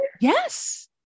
Yes